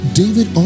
david